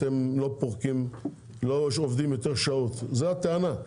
אתם לא עובדים יותר שעות זאת הטענה.